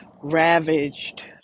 ravaged